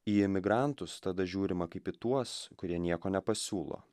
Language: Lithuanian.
į imigrantus tada žiūrima kaip į tuos kurie nieko nepasiūlo